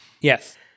Yes